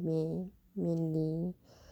me mainly